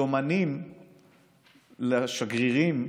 יומנים לשגרירים,